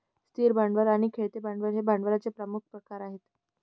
स्थिर भांडवल आणि खेळते भांडवल हे भांडवलाचे प्रमुख प्रकार आहेत